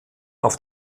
auf